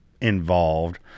involved